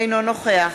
אינו נוכח